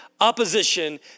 opposition